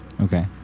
Okay